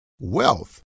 Wealth